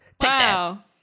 Wow